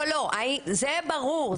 זה ברור,